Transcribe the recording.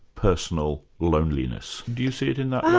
personal loneliness. do you see it in that